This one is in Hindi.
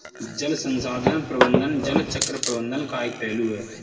जल संसाधन प्रबंधन जल चक्र प्रबंधन का एक पहलू है